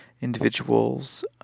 individuals